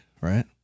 right